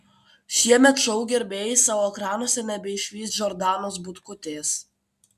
šiemet šou gerbėjai savo ekranuose nebeišvys džordanos butkutės